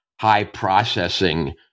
high-processing